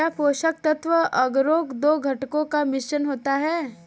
क्या पोषक तत्व अगरो दो घटकों का मिश्रण होता है?